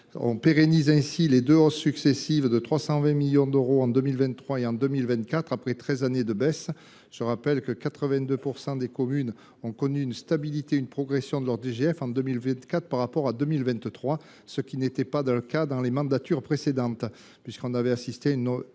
On pérennise ainsi les deux hausses successives de 320 millions d’euros en 2023 et en 2024, qui ont fait suite à treize années de baisse. Je rappelle que 82 % des communes ont connu une stabilité et une progression de leur DGF en 2024 par rapport à 2023, ce qui n’était pas le cas au cours des mandatures précédentes. On avait notamment assisté à une importante